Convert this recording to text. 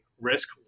risk